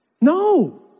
No